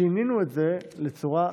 שינינו את זה לצורה,